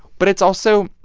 but it's also